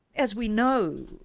as we know,